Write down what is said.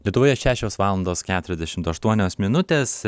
lietuvoje šešios valandos keturiasdešimt aštuonios minutės